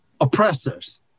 oppressors